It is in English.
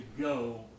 go